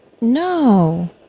no